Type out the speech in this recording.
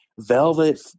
Velvet